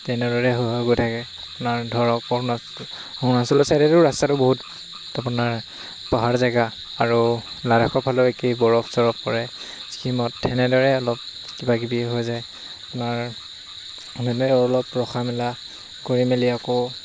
তেনেদৰে হৈ হৈ গৈ থাকে আপোনাৰ ধৰক অৰুণাচ অৰুণাচলৰ ছাইডেতো ৰাস্তাটো বহুত আপোনাৰ পাহাৰ জেগা আৰু লাডাখৰ ফালে একেই বৰফ চৰফ পৰে ছিকিমত তেনেদৰে অলপ কিবাকিবি হৈ যায় আপোনাৰ তেনেদৰে অলপ ৰখা মেলা কৰি মেলি আকৌ